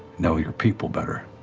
know your people better.